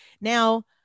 now